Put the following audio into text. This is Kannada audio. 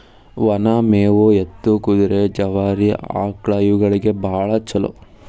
ಒನ ಮೇವು ಎತ್ತು, ಕುದುರೆ, ಜವಾರಿ ಆಕ್ಳಾ ಇವುಗಳಿಗೆ ಬಾಳ ಚುಲೋ